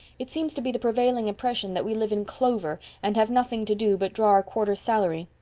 it seems to be the prevailing impression that we live in clover, and have nothing to do but draw our quarter's salary.